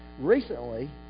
Recently